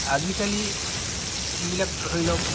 আজিকালি যিবিলাক ধৰি লওক